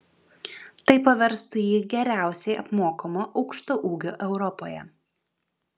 tai paverstų jį geriausiai apmokamu aukštaūgiu europoje